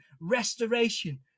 Restoration